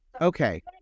Okay